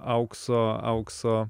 aukso aukso